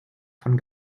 von